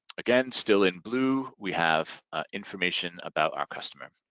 again, still in blue we have information about our customer.